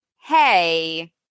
hey